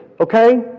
Okay